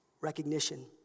recognition